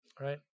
right